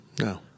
No